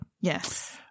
Yes